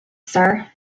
sir